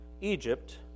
Egypt